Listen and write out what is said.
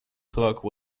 clarke